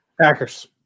Packers